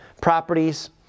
properties